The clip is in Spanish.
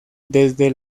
desde